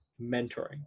mentoring